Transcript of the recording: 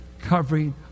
covering